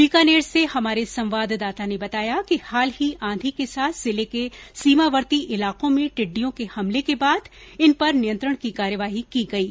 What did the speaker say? बीकानेर से हमारे संवाददाता ने बताया कि हाल ही आंधी के साथ जिले के सीमावर्ती इलाकों में टिड्डियों के हमले के बाद इन पर नियंत्रण की कार्यवाही की गयी